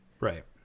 Right